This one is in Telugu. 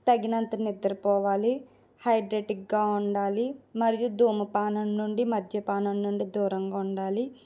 తగినంత నిద్ర పోవాలి హైడ్రేటిక్గా ఉండాలి మరియు ధూమపానం నుండి మద్యపానం నుండి దూరంగా ఉండాలి